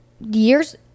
Years